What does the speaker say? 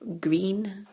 green